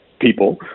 people